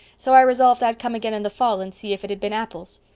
so i resolved i'd come again in the fall and see if it had been apples.